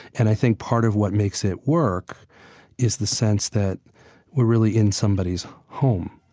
and i think part of what makes it work is the sense that we're really in somebody's home.